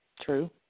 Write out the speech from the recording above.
true